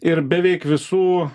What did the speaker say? ir beveik visų